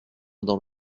dans